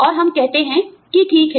और हम कहते हैं कि ठीक है